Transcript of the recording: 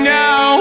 now